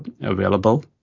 available